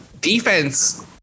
defense